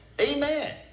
Amen